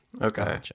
Okay